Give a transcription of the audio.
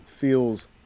feels